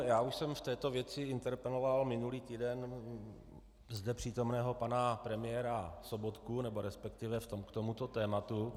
Já už jsem v této věci interpeloval minulý týden zde přítomného pana premiéra Sobotku, nebo respektive k tomuto tématu.